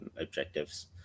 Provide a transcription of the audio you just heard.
objectives